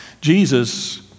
Jesus